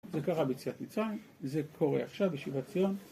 זה קרה ביציאת מצרים, זה קורה עכשיו בשיבת ציון.